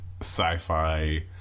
sci-fi